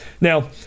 Now